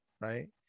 right